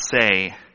say